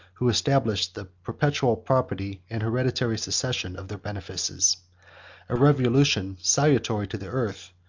who established the perpetual property, and hereditary succession, of their benefices a revolution salutary to the earth,